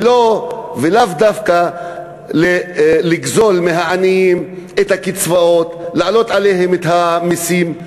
ולאו דווקא לגזול מהעניים את הקצבאות ולהעלות להם את המסים.